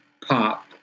pop